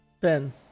Ten